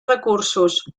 recursos